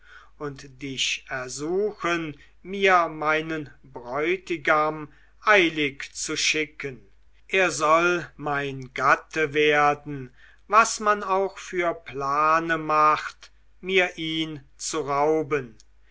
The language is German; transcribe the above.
und dich ersuchen mir meinen bräutigam eilig zu schicken er soll mein gatte werden was man auch für plane macht mir ihn zu rauben